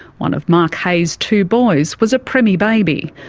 one of mark hayes' two boys was a premmie baby,